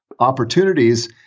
Opportunities